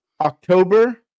October